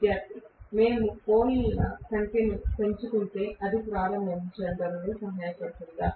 విద్యార్థి మేము పోల్ ల సంఖ్యను పెంచుకుంటే అది ప్రారంభించడంలో సహాయపడుతుందా